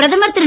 பிரதமர் திரு